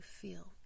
feel